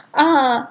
uh